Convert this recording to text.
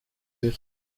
ibiri